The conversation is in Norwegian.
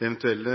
eventuelle